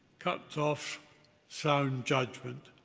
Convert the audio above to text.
cuts off sound judgement,